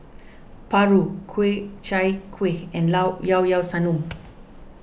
Paru Ku Chai Kueh and Llao Llao Sanum